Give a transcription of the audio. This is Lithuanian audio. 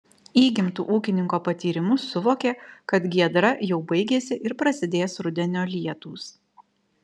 įgimtu ūkininko patyrimu suvokė kad giedra jau baigiasi ir prasidės rudenio lietūs